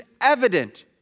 evident